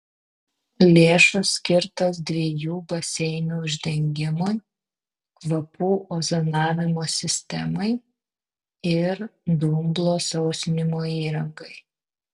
lėšos skirtos dviejų baseinų uždengimui kvapų ozonavimo sistemai ir dumblo sausinimo įrangai